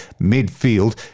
midfield